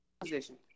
position